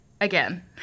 again